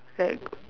like